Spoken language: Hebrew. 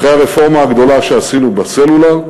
אחרי הרפורמה הגדולה שעשינו בסלולר,